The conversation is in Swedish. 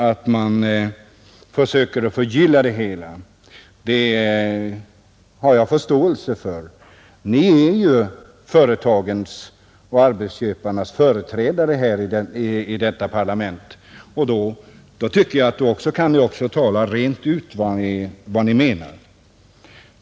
Att man försöker förgylla det hela har jag förståelse för. Ni är ju företagens och arbetsköparnas företrädare här i detta parlament, och då tycker jag att ni också kan säga rent ut vad ni menar.